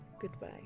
Goodbye